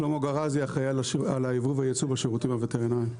שלמה גראזי אחראי על היבוא והיצוא בשירותים הווטרינרים,